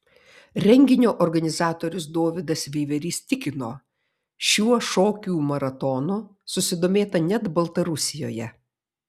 renginio organizatorius dovydas veiverys tikino šiuo šokių maratonų susidomėta net baltarusijoje